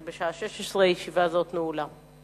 הנושא עובר לדיון בוועדת הפנים והגנת